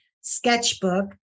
sketchbook